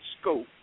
scope